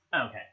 Okay